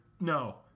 no